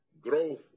growth